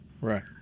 Right